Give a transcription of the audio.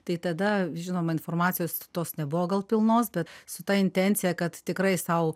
tai tada žinoma informacijos tos nebuvo gal pilnos bet su ta intencija kad tikrai sau